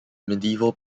medieval